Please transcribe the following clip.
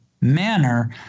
manner